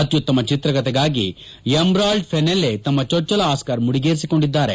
ಅತ್ತುತ್ತಮ ಚಿತ್ರಕಥೆಗಾಗಿ Emerald Fennell ತಮ್ಮ ಚೊಚ್ಚಲ ಆಸ್ಕರ್ ಮುಡಿಗೇರಿಸಿಕೊಂಡಿದ್ದಾರೆ